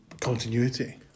continuity